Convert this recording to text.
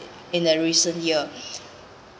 in the recent year